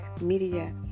media